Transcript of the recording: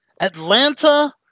Atlanta